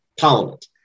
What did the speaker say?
Parliament